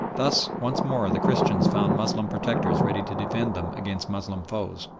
thus once more the christians found moslem protectors ready to defend them against moslem foes.